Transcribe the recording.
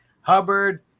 hubbard